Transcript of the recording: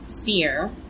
fear